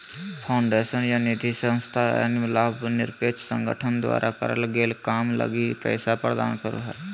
foundation या निधिसंस्था अन्य लाभ निरपेक्ष संगठन द्वारा करल गेल काम लगी पैसा प्रदान करो हय